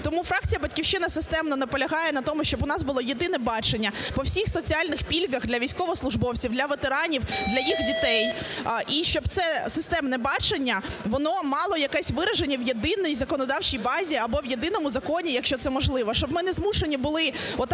Тому фракція "Батьківщина" системно на полягає на тому, щоб у нас було єдине бачення по всіх соціальних пільгах для військовослужбовців, для ветеранів, для їх дітей і щоб це системне бачення, воно мало якесь вираження в єдиній законодавчій базі або в єдиному законі, якщо це можливо,